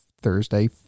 Thursday